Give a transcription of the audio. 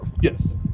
yes